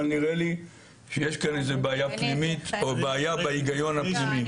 אבל נראה לי שיש כאן בעיה פנימית או בעיה בהיגיון הפנימי.